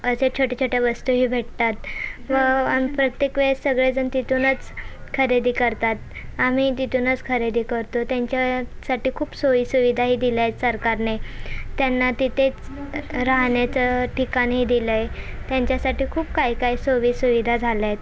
असे छोट्या छोट्या वस्तूही भेटतात व आणि प्रत्येक वेळेस सगळेजण तिथूनच खरेदी करतात आम्ही तिथूनच खरेदी करतो त्यांच्यासाठी खूप सोयी सुविधाही दिल्या आहेत सरकारने त्यांना तिथेच राहण्याचं ठिकाणही दिलं आहे त्यांच्यासाठी खूप काही काही सोयी सुविधा झाल्या आहेत